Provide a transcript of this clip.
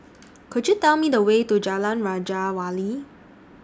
Could YOU Tell Me The Way to Jalan Raja Wali